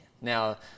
Now